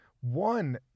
One